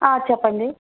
చెప్పండి